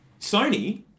Sony